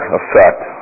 effect